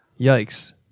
Yikes